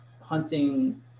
hunting